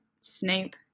Snape